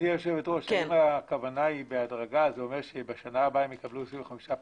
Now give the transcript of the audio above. אם הכוונה בהדרגה יירד ב-25%?